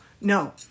No